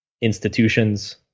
institutions